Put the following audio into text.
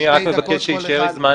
אני חושב שאין לזה אח